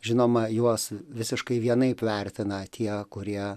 žinoma juos visiškai vienaip vertina tie kurie